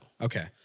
Okay